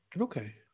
Okay